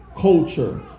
culture